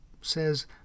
says